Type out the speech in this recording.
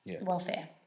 welfare